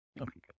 okay